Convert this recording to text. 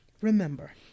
Remember